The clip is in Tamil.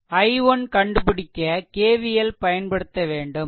i1 கண்டுபிடிக்க KVL பயன்படுத்த வேண்டும் 6 12 18 Ω